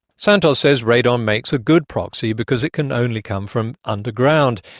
santos says radon makes a good proxy because it can only come from underground.